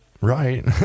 right